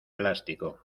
plástico